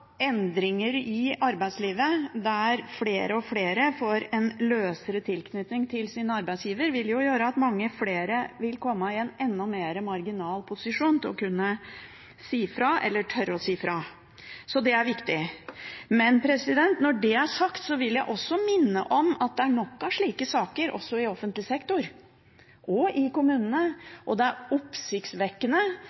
endringer i arbeidslivet som gjør at flere og flere får en løsere tilknytning til sin arbeidsgiver, vil gjøre at mange flere vil komme i en enda mer marginal posisjon til å kunne si fra, eller tørre å si fra. Så det er viktig. Når det er sagt, vil jeg minne om at det er nok av slike saker også i offentlig sektor og i kommunene. Det er oppsiktsvekkende